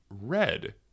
Red